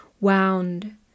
wound